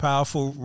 Powerful